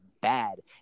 bad